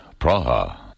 Praha